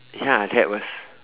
ya that was